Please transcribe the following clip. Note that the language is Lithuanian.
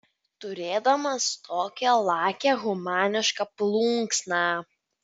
turėdamas tokią lakią humanišką plunksną